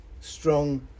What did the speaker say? strong